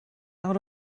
out